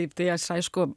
taip tai aš aišku